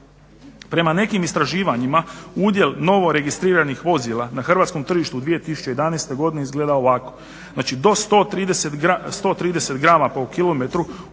Prema nekim istraživanjima udjel novo registriranih vozila na hrvatskom tržištu u 2011. godini izgleda ovako. Znači do 130 g/km udjel